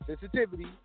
sensitivity